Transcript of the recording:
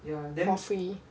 for free